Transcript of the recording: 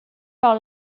par